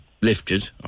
lifted